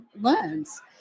learns